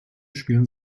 spielen